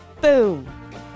Boom